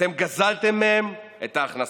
אתם גזלתם מהם את ההכנסה.